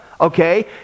okay